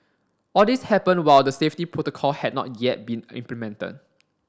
all this happened while the safety protocol had not yet been implemented